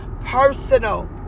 personal